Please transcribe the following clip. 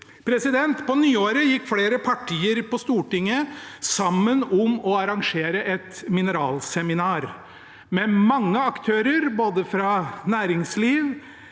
På nyåret gikk flere partier på Stortinget sammen om å arrangere et mineralseminar med mange aktører både fra næringsliv